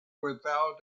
without